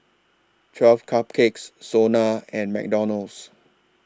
twelve Cupcakes Sona and McDonald's